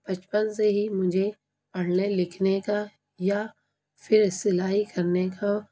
بچپن سے ہی مجھے پڑھنے لکھنے کا یا پھر سلائی کرنے کا